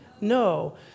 No